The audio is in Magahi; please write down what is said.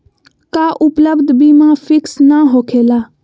का उपलब्ध बीमा फिक्स न होकेला?